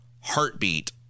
heartbeat